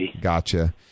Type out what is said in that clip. Gotcha